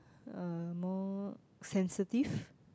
are more sensitive